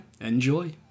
enjoy